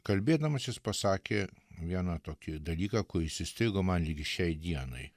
kalbėdamas jis pasakė vieną tokį dalyką kuris įstrigo man ligi šiai dienai